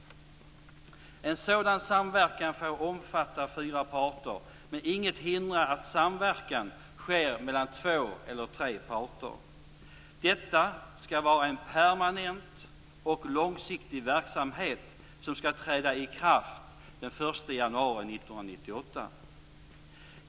En sådan samverkan får omfatta fyra parter, men inget hindrar att samverkan sker mellan två eller tre parter. Detta skall vara en permanent och långsiktig verksamhet som skall träda i kraft den 1 januari 1998.